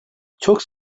çok